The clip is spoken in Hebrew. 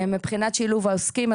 מבחינת שילוב העוסקים,